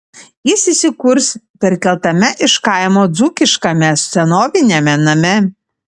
jis įsikurs perkeltame iš kaimo dzūkiškame senoviniame name